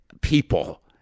people